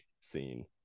scene